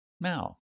Now